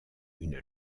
une